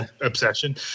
obsession